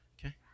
okay